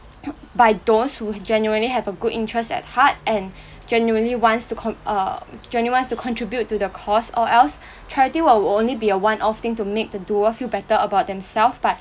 by those who genuinely have a good interest and heart and genuinely wants to con~ err genuine wants contribute to the cause or else charity would only be one off thing to make doer feel better about themself but